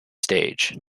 stage